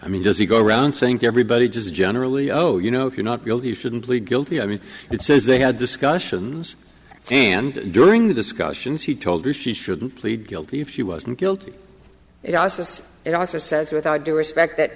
i mean does he go around saying to everybody just generally oh you know if you're not guilty you shouldn't plead guilty i mean it says they had discussions and during the discussions he told her she shouldn't plead guilty if she wasn't guilty it also says it also says without due respect that